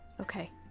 Okay